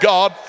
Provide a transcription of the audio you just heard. God